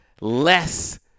less